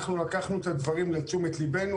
אנחנו לקחנו את הדברים לתשומת לבנו.